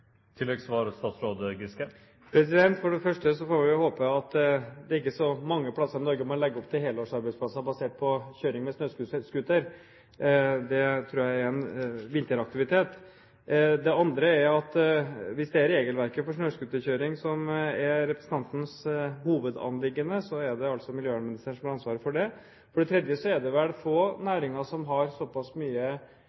For det første får vi håpe at det ikke er så mange steder i Norge man legger opp til helårsarbeidsplasser basert på kjøring med snøscooter. Det tror jeg er en vinteraktivitet. For det andre: Hvis det er regelverket for snøscooterkjøring som er representantens hovedanliggende, er det altså miljøvernministeren som har ansvaret for det. For det tredje er det vel få